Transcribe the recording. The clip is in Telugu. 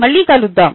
మళ్ళి కలుద్దాం